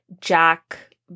Jack